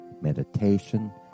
meditation